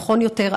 נכון יותר,